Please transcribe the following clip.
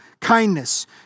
kindness